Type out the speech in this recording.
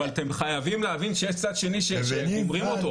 אבל אתם חייבים להבין שיש צד שני שגומרים אותו,